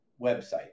website